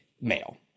male